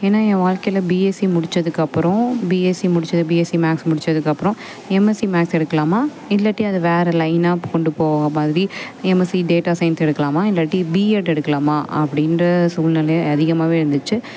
ஏன்னால் என் வாழ்க்கையில பிஎஸ்சி முடிச்சதுக்கப்புறம் பிஎஸ்சி முடித்தது பிஎஸ்சி மேக்ஸ் முடிச்சதுக்கறப்புறம் எம்எஸ்சி மேக்ஸ் எடுக்கலாமா இல்லாட்டி அது வேறு லைனாக கொண்டு போகிற மாதிரி எம்எஸ்சி டேட்டா சையின்ஸ் எடுக்கலாமா இல்லாட்டி பிஎட் எடுக்கலாமா அப்படின்ற சூழ்நில அதிகமாக இருந்துச்சு